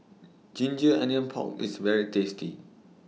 Ginger Onion Pork IS very tasty